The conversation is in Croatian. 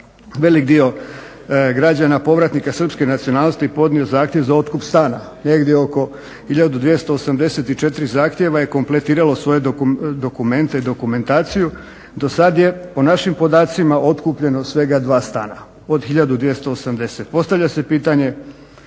velik dio građana povratnika srpske nacionalnosti podnijelo zahtjev za otkup stana negdje oko 1284 zahtjeva je kompletiralo svoju dokumentaciju. Do sada je po našim podacima otkupljeno svega 2 stana od 1280. Postavlja se pitanje